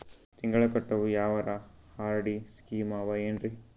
ತಿಂಗಳ ಕಟ್ಟವು ಯಾವರ ಆರ್.ಡಿ ಸ್ಕೀಮ ಆವ ಏನ್ರಿ?